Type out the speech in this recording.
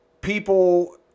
people